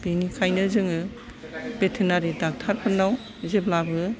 बिनिखायनो जोङो भेटेनारि डाक्टारफोरनाव जेब्लाबो